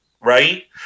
right